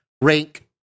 rank